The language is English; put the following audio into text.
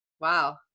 Wow